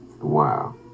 wow